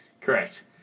correct